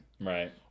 Right